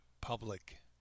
public